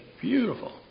beautiful